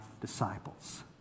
disciples